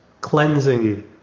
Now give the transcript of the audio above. cleansing